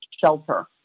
shelter